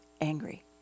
angry